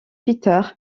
peter